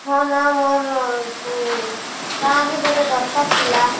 ହଁ ନା ମୋର କାର୍ ହିଁ ଗୋଟେ ଦରକାର ଥିଲା